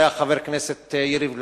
היה חבר הכנסת יריב לוין.